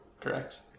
correct